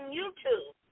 YouTube